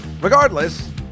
Regardless